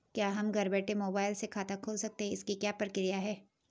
क्या हम घर बैठे मोबाइल से खाता खोल सकते हैं इसकी क्या प्रक्रिया है?